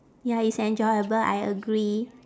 ya it's enjoyable I agree